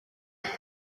دارد